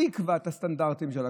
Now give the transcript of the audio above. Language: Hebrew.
הוא יקבע את הסטנדרטים של הכשרות.